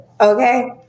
Okay